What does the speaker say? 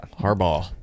Harbaugh